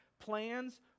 Plans